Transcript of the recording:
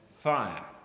fire